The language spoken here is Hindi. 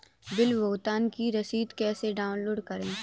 बिल भुगतान की रसीद कैसे डाउनलोड करें?